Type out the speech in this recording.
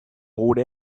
gure